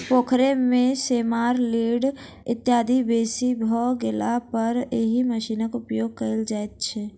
पोखैर मे सेमार, लीढ़ इत्यादि बेसी भ गेलापर एहि मशीनक उपयोग कयल जाइत छै